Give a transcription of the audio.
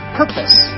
purpose